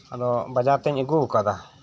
ᱟᱫᱚ ᱵᱟᱡᱟᱨ ᱛᱮᱧ ᱟᱹᱜᱩ ᱟᱠᱟᱫᱟ